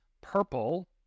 purple